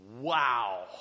Wow